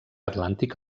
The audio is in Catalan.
atlàntic